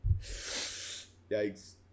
Yikes